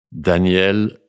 Daniel